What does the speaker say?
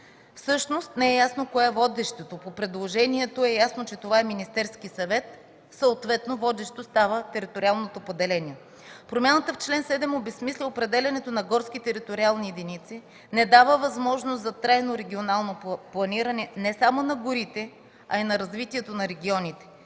Всъщност не е ясно кое е водещото. По предложението е ясно, че това е Министерският съвет, съответно водещо става териториалното поделение. Промяната в чл. 7 обезсмисля определянето на горски териториални единици, не дава възможност за трайно регионално планиране не само на горите, а и на развитието на регионите.